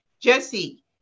Jesse